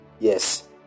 yes